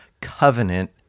covenant